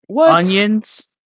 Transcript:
Onions